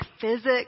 physics